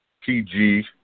PG